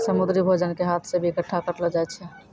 समुन्द्री भोजन के हाथ से भी इकट्ठा करलो जाय छै